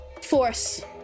Force